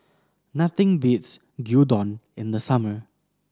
nothing beats having Gyudon in the summer